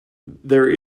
there